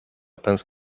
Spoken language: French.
pince